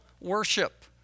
worship